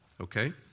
okay